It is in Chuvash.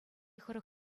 хӑрӑк